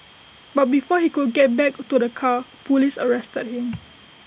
but before he could get back to the car Police arrested him